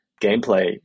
gameplay